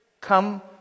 come